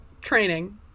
training